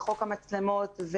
חוק המצלמות,